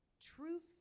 truth